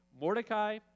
Mordecai